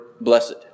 blessed